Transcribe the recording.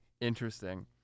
interesting